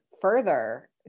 further